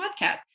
podcast